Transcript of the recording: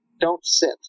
don't-sit